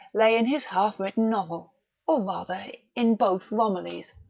lay in his half-written novel or rather, in both romillys,